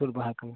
ᱥᱩᱫ ᱵᱟᱦᱟ ᱠᱚ